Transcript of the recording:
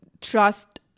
trust